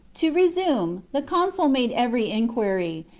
to resume, the consul made every enquiry,